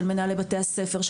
של מנהלי בתי הספר,